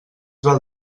val